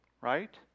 right